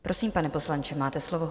Prosím, pane poslanče, máte slovo.